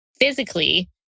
physically